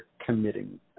committing